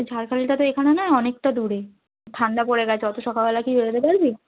ঝাড়খালিটা তো এখানে নয় অনেকটা দূরে ঠান্ডা পড়ে গেছে অতো সকালবেলা কি বেরোতে পারবি